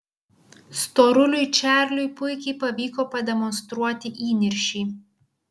storuliui čarliui puikiai pavyko pademonstruoti įniršį